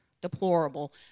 deplorable